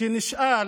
כשנשאל